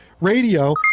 Radio